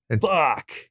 Fuck